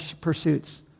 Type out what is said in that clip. pursuits